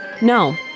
No